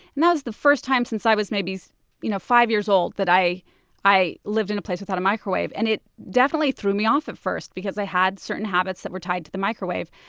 and that was the first time since i was maybe you know five years old that i i lived in a place without a microwave. and it definitely threw me off at first because i had certain habits that were tied to the microwave.